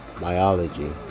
biology